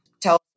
tell